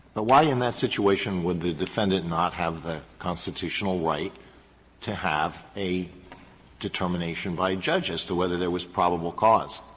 ah why in that situation would the defendant not have the constitutional right to have a determination by a judge as to whether there was probable cause?